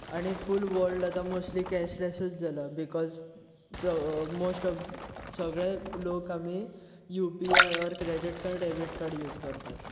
आनी full world आतां mostly कॅशलेशूच जाला बिकोज मोस्ट ऑफ सगळे लोक आमी UPI or credit card debit card use करतात